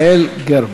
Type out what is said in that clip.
תודה רבה.